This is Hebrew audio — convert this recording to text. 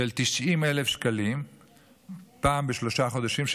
של 90,000 שקלים פעם בשלושה חודשים,